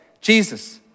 Jesus